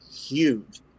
huge